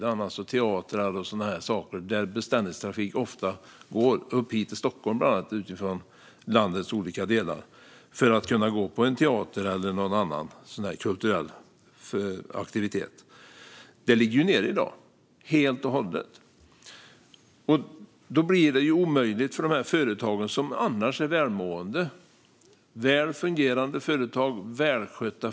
Det handlar om teatrar och sådant som beställningstrafik ofta går till. Bland annat åker man hit till Stockholm från landets olika delar för att kunna gå på teater eller någon annan kulturell aktivitet. Detta ligger helt och hållet nere i dag. Det blir omöjligt för dessa företag att överleva, trots att de annars är välmående, välfungerande och välskötta.